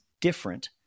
different